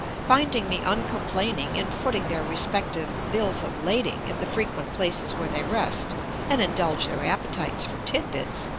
finding me uncomplaining in footing their respective bills of lading at the frequent places where they rest and indulge their appetites for tid-bits,